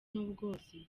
n’ubworozi